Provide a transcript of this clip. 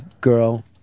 Girl